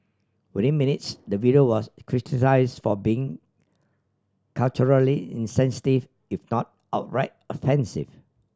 within minutes the video was criticise for being culturally insensitive if not outright offensive